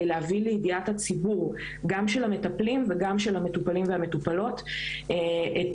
להביא לידיעת הציבור גם של המטפלים וגם של המטופלים והמטופלות את